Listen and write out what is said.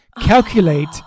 calculate